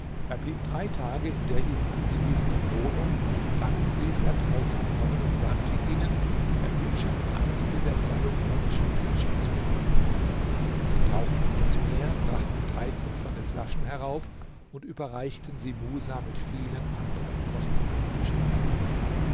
er blieb drei tage in der ihm angewiesenen wohnung dann ließ er taucher kommen und sagte ihnen er wünsche einige der salomonischen flaschen zu haben sie tauchten ins meer brachten drei kupferne flaschen herauf und überreichten sie musa mit vielen anderen kostbaren geschenken